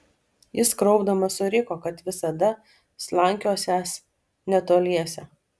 jis kraupdamas suriko kad visada slankiosiąs netoliese